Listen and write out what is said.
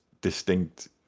distinct